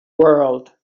world